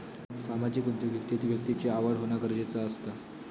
सामाजिक उद्योगिकतेत व्यक्तिची आवड होना गरजेचा असता